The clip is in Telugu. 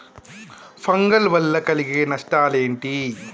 ఫంగల్ వల్ల కలిగే నష్టలేంటి?